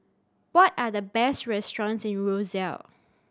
what are the best restaurants in Roseau